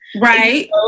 Right